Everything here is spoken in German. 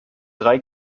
drei